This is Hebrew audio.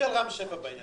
הצבעה בעד,